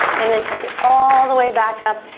and then take it all the way back up.